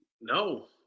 No